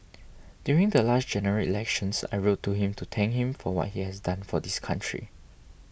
during the last General Elections I wrote to him to thank him for what he has done for this country